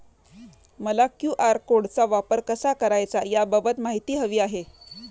मला क्यू.आर कोडचा वापर कसा करायचा याबाबत माहिती हवी आहे